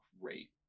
great